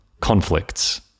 conflicts